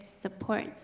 support